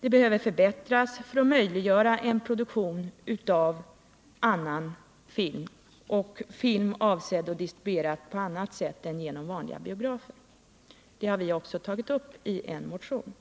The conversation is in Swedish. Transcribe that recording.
förbättras för att möjliggöra en produktion av en annan slags film, som är avsedd att distribueras på annat sätt än genom vanliga biografer. Det har vi också tagit upp i en motion.